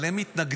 אבל הם מתנגדים,